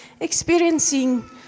experiencing